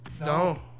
No